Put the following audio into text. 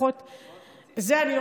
לפחות זה,